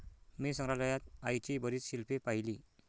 मी संग्रहालयात आईची बरीच शिल्पे पाहिली